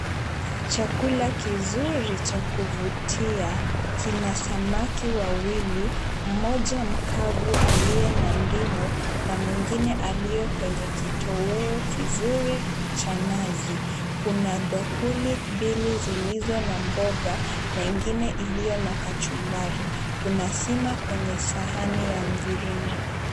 Chakula kizuri cha kuvutia kina samaki wawili, mmoja mkavu aliye na ndimu na mwingine aliyo kwenye kitoweo kizuri cha nazi. Kuna bakuli mbili zilizo na mboga na ingine iliyo na kachumbari. Kuna sima kwenye sahani ya mviringo.